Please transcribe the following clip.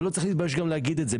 ולא צריך להתבייש להגיד את זה.